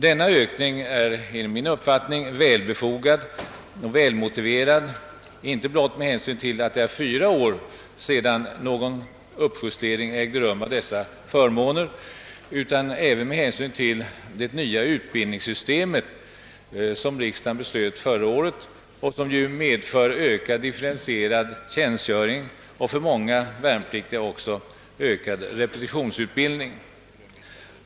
Denna ökning är enligt min uppfattning väl motiverad och väl befogad, inte blott med hänsyn till att det är fyra år sedan någon uppjustering av dessa förmåner ägde rum utan även med hänsyn till det nya utbildningssystem, som riksdagen beslöt förra året och som medför ökad differentierad tjänstgöring och för många värnpliktiga också ökad repetitionsutbildning.